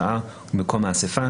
שעה ומקום האסיפה.